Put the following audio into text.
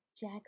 Jack